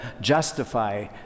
justify